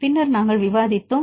பின்னர் நாங்கள் விவாதித்தோம்